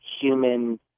human